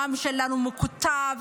העם שלנו מקוטב,